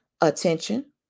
attention